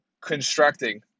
constructing